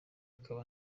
akaba